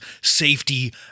safety